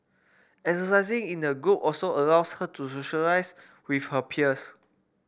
exercising in a group also allows her to socialise with her peers